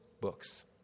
books